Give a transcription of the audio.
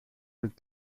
mit